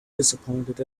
disappointed